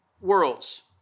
worlds